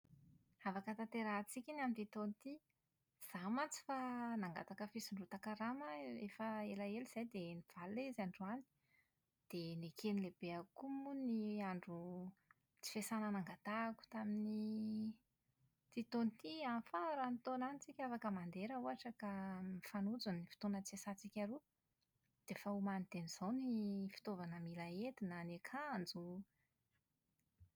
Afaka tanterahantsika iny amin'ity taona ity! Tsy izany mantsy fa nangataka fisondrotan-karama aho efa elaela izay dia nivaly ilay izy androany. Dia neken'ny lehibeko koa moa ny andro tsy fiasana nangatahako tamin'ny ity taona ity. Amin'ny faran'ny taona any tsika afaka mandeha raha ohatra ka mifanojo ny fotoana tsy hiasantsika roa! Fa omany dieny izao ny fitaovana mila entina, ny akanjo.